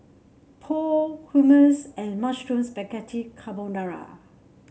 Pho Hummus and Mushroom Spaghetti Carbonara